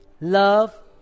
love